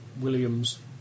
Williams